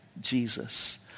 Jesus